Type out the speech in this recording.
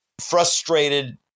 frustrated